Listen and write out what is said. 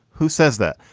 who says that?